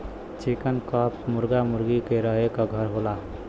चिकन coop मुरगा मुरगी क रहे क घर होला